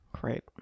Great